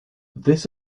this